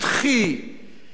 פוליטי רדוד,